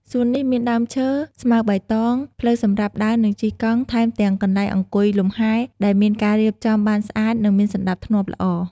សួននេះមានដើមឈើ ស្មៅបៃតង ផ្លូវសម្រាប់ដើរនិងជិះកង់ ថែមទាំងកន្លែងអង្គុយលំហែ ដែលមានការរៀបចំបានស្អាតនិងមានសណ្តាប់ធ្នាប់ល្អ។